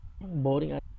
Boring